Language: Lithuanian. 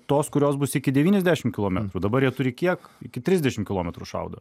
tos kurios bus iki devyniasdešim kilometrų dabar jie turi kiek iki trisdešim kilometrų šaudo